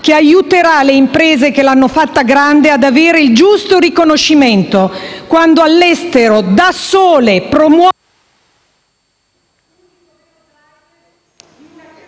che aiuterà le imprese che l'hanno fatta grande ad avere il giusto riconoscimento quando all'estero, da sole, promuovono